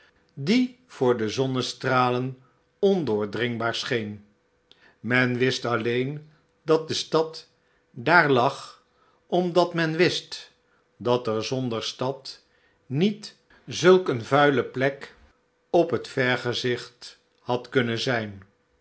die voor de zonnestralen ondoordringbaar scheen men wist alleen dat de stad daar lag omdat men wist dat er zonder stad niet zulk een vuile vlek op het vergezicht had kunnen zijn